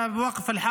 נכבדה,